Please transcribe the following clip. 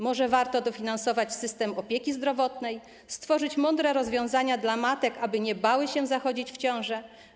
Może warto dofinansować system opieki zdrowotnej, stworzyć mądre rozwiązania dla matek, aby nie bały się zachodzić w ciążę.